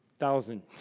thousand